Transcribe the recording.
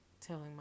Telling